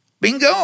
Bingo